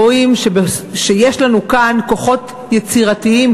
רואים שיש לנו כאן כוחות יצירתיים,